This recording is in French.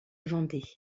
vendée